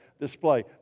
display